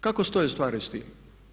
Kako stoje stvari s time?